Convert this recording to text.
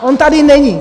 On tady není.